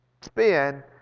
spin